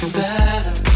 better